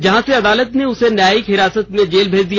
जहाँ से अदालत ने उन्हें न्यायिक हिरासत में जेल भेज दिया